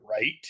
right